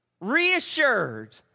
reassured